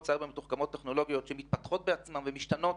סייבר מתוחכמות טכנולוגית שמתפתחות ומשתנות